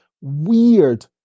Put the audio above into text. weird